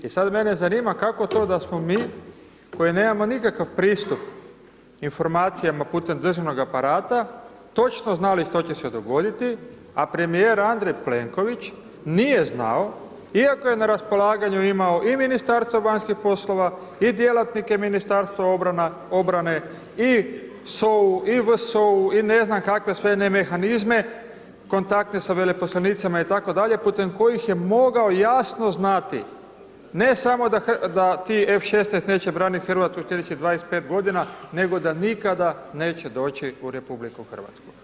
I sada mene zanima, kako to da smo mi koji nemamo nikakav pristup informacijama putem državnog aparata točno znali što će se dogoditi, a premijer Andrej Plenković nije znao iako je na raspolaganju imao i Ministarstvo vanjskih poslova, i djelatnike Ministarstva obrane, i SOA-u, i VSOA-u i ne znam kakve sve ne mehanizme, kontakte sa veleposlanicima itd. putem kojih je mogao jasno znati ne samo da ti F16 neće braniti Hrvatsku sljedećih 25 godina, nego da nikada neće doći u Republiku Hrvatsku?